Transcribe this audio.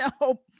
no